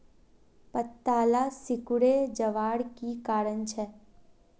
पत्ताला सिकुरे जवार की कारण छे?